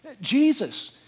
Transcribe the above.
Jesus